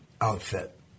outfit